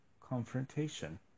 confrontation